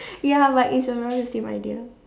ya but it's around the same idea